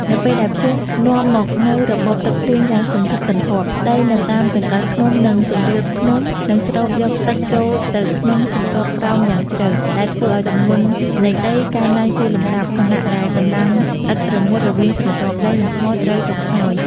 នៅពេលដែលព្យុះនាំមកនូវរបបទឹកភ្លៀងយ៉ាងសន្ធឹកសន្ធាប់ ដីនៅតាមចង្កេះភ្នំ និងជម្រាលភ្នំនឹងស្រូបយកទឹកចូលទៅក្នុងស្រទាប់ក្រោមយ៉ាងជ្រៅ ដែលធ្វើឱ្យទម្ងន់នៃដីកើនឡើងជាលំដាប់ ខណៈដែលកម្លាំងស្អិតរមួតរវាងស្រទាប់ដី និងថ្មត្រូវចុះខ្សោយ។